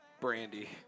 brandy